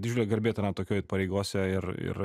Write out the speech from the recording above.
didžiulė garbė tarnaut tokioj pareigose ir ir